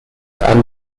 and